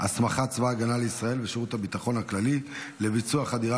הסמכת צבא הגנה לישראל ושירות הביטחון הכללי לביצוע חדירה